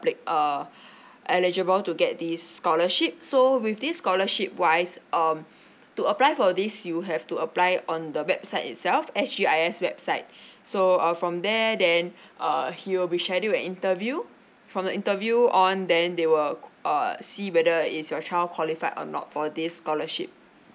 eligible to get this scholarship so with this scholarship wise um to apply for this you have to apply on the website itself actually S_G_I_S website so uh from there then err he will be scheduled a interview from the interview on then they will err see whether is your child qualified or not for this scholarship